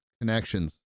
connections